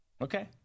okay